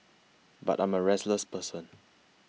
but I'm a restless person